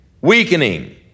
weakening